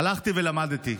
הלכתי ולמדתי,